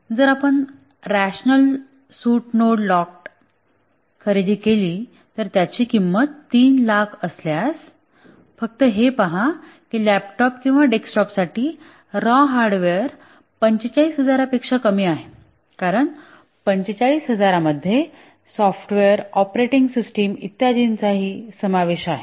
जर आपण rational suite node locked खरेदी केली तर त्याची किंमत 300000 असल्यास फक्त हे पहा की लॅपटॉप किंवा डेस्कटॉपसाठी रॉ हार्डवेअर 45000 पेक्षा कमी आहे कारण 45000 मध्ये सॉफ्टवेअर ऑपरेटिंग सिस्टम इत्यादींचा समावेश आहे